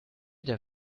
der